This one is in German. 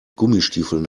gummistiefeln